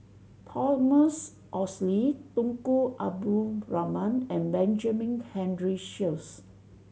Thomas Oxley Tunku Abdul Rahman and Benjamin Henry Sheares